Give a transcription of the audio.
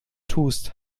tust